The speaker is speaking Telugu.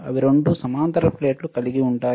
అవి రెండు సమాంతర ప్లేట్లు కలిగి ఉంటాయి